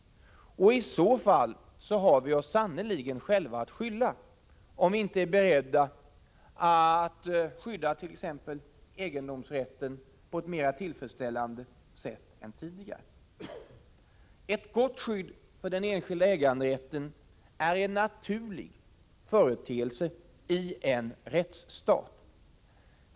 I så fall har vi oss sannerligen själva att skylla, om vi inte är beredda att skydda t.ex. egendomsrätten på ett mera tillfredsställande sätt än tidigare. Ett gott skydd för den enskilda äganderätten är en naturlig företeelse i en rättsstat.